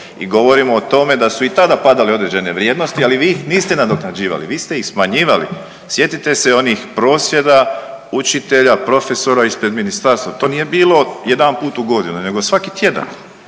i govorimo o tome da su i tada padale određene vrijednosti, ali vi ih niste nadoknađivali. Vi ste ih smanjivali. Sjetite se onih prosvjeda učitelja, profesora ispred Ministarstva to nije bilo jedanput u godini, nego svaki tjedan